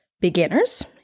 beginners